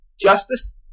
justice